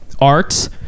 arts